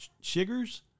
sugars